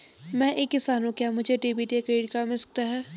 मैं एक किसान हूँ क्या मुझे डेबिट या क्रेडिट कार्ड मिल सकता है?